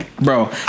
Bro